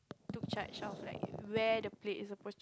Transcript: took charge of like where the plates supposed to